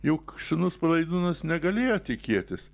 juk sūnus palaidūnas negalėjo tikėtis